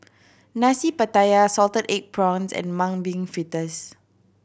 Nasi Pattaya salted egg prawns and Mung Bean Fritters